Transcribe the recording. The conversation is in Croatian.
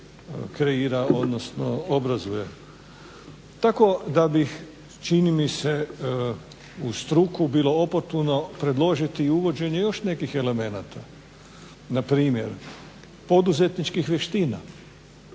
kreira odnosno obrazuje. Tako da bih čini mi se uz struku bilo oportuno predložiti i uvođenje još nekih elementa npr. poduzetničkih vještina,